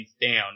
down